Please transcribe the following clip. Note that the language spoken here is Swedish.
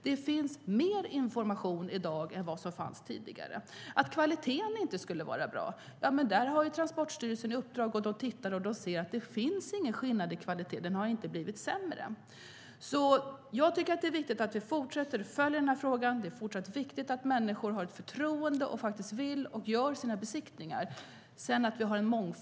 Det finns mer information i dag än tidigare. När det gäller kvaliteten har Transportstyrelsen ett uppdrag att göra översyner. Då har man sett att det inte finns någon skillnad i kvalitet. Den har inte blivit sämre. Jag tycker att det är viktigt att vi fortsätter att följa den här frågan. Det är fortsatt viktigt att människor har ett förtroende och låter besiktiga sina bilar.